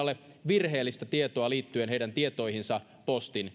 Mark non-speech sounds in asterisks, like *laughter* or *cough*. virheellistä tietoa liittyen heidän tietoihinsa postin *unintelligible*